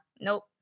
Nope